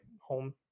home